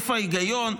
איפה ההיגיון?